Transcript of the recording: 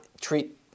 treat